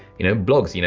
you know, blogs, you know